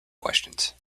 questions